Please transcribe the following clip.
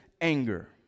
anger